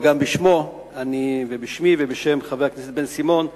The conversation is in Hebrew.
וגם בשמו ובשמי ובשם חבר הכנסת בן-סימון,